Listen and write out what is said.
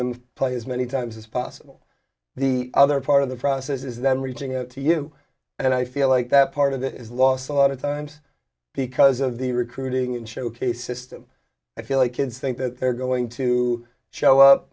them play as many times as possible the other part of the process is them reaching out to you and i feel like that part of that is lost a lot of times because of the recruiting and showcase system i feel like kids think that they're going to show up